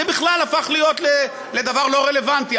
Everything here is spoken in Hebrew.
זה בכלל הפך להיות דבר לא רלוונטי,